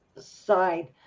side